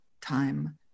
time